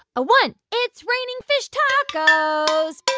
a one it's raining fish tacos